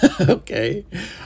okay